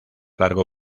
largo